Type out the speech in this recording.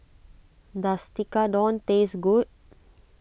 does Tekkadon taste good